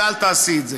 ואל תעשי את זה.